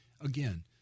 again